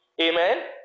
Amen